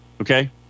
okay